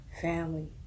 Family